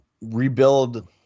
rebuild